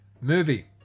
movie